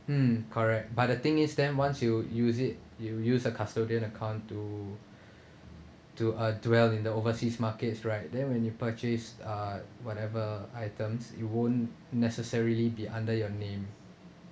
mm correct but the thing is that once you use it you use a custodian account to to uh dwell in the overseas markets right then when you purchase uh whatever items you won't necessarily be under your name